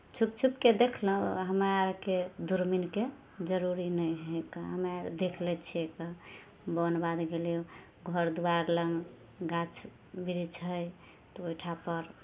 छुपछुपके देखलहुँ हमे आरके दूरबीनके जरूरी नहि हइ कऽ हमे आर देख लै छियै कऽ बोन बाध गेलियै घर दुआरि लग गाछ वृक्ष हइ तऽ ओहिठा पर